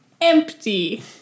empty